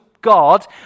God